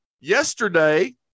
yesterday